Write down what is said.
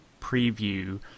preview